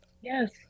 yes